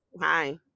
Hi